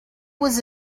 was